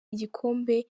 igikombe